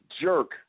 jerk